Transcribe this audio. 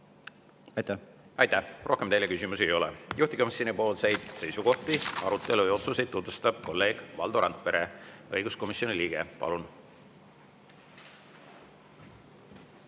pidada. Aitäh! Rohkem teile küsimusi ei ole. Juhtivkomisjoni seisukohti, arutelu ja otsuseid tutvustab kolleeg Valdo Randpere, õiguskomisjoni liige. Palun!